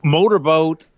Motorboat